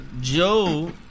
Joe